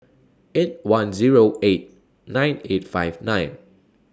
eight one Zero eight nine eight five nine